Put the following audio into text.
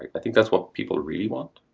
i think that's what people really want,